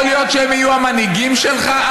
יכול להיות שהם יהיו המנהיגים שלך?